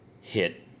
hit